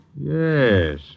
Yes